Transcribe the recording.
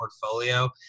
portfolio